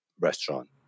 restaurant